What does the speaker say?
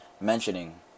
mentioning